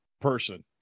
person